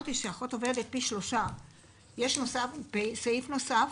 אמרתי שאחות עובדת פי 3. יש סעיף נוסף